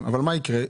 אבל מה יקרה?